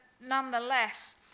nonetheless